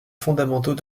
fondamentaux